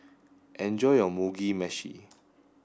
enjoy your Mugi Meshi